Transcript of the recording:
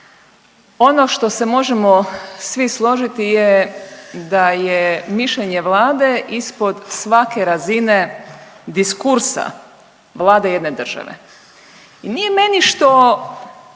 Ono što se možemo svi složiti je da je mišljenje Vlade ispod svake razine diskursa vlade jedne države. I nije meni što